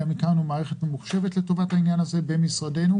גם הקמנו מערכת ממוחשבת לטובת העניין הזה במשרדנו.